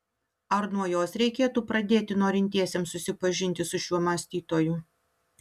ar nuo jos reikėtų pradėti norintiesiems susipažinti su šiuo mąstytoju